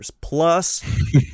plus